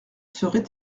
serait